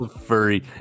furry